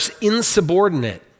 insubordinate